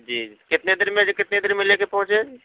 جی کتنے دیر میں جی کتنے دیر میں لے کے پہنچیں